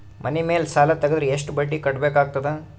ಮನಿ ಮೇಲ್ ಸಾಲ ತೆಗೆದರ ಎಷ್ಟ ಬಡ್ಡಿ ಕಟ್ಟಬೇಕಾಗತದ?